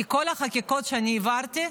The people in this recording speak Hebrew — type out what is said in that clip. כי כל החקיקות שהעברתי,